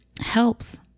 helps